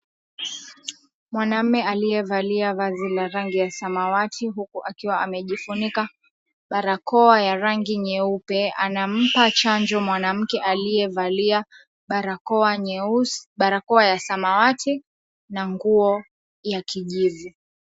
Mwanamme aliyevalia vazi la rangi ya samawati, huku akiwa amejifunika barakoa ya rangi nyeupe, anampa chanjo mwanamke aliyevalia barakoa ya samawati na nguo ya kijivu.